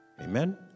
Amen